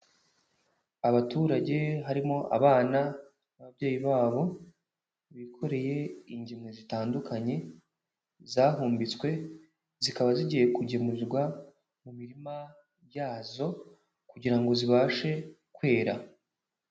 Abaturage harimo abana n'ababyeyi babo, bikoreye ingemwe zitandukanye, zahumbitswe zikaba zigiye kugemurirwa mu mirima yazo, kugira ngo zibashe kwera.